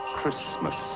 Christmas